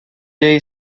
day